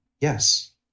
Yes